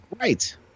Right